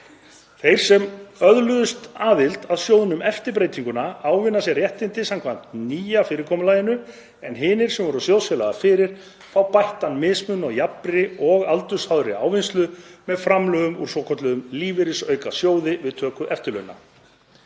Þeir sem öðluðust aðild að sjóðnum eftir breytinguna ávinna sér réttindi samkvæmt hinu nýja fyrirkomulagi, en hinir, sem voru sjóðfélagar fyrir, fá bættan mismun á jafnri og aldursháðri ávinnslu með framlögum úr svokölluðum lífeyrisaukasjóði við töku eftirlauna.